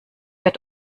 wird